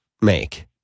make